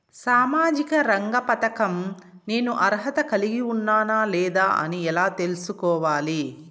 సామాజిక రంగ పథకం నేను అర్హత కలిగి ఉన్నానా లేదా అని ఎలా తెల్సుకోవాలి?